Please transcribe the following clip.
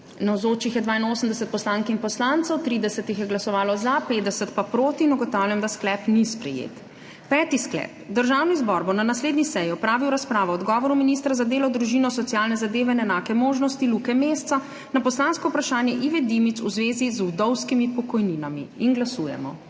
Navzočih je 82 poslank in poslancev, 30 jih je glasovalo za, 50 pa proti. (Za je glasovalo 30.) (Proti 50.) Ugotavljam, da sklep ni sprejet. Peti sklep: Državni zbor bo na naslednji seji opravil razpravo o odgovoru ministra za delo, družino, socialne zadeve in enake možnosti Luke Mesca na poslansko vprašanje Ive Dimic v zvezi z vdovskimi pokojninami. Glasujemo.